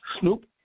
Snoop